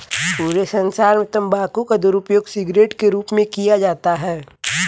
पूरे संसार में तम्बाकू का दुरूपयोग सिगरेट के रूप में किया जाता है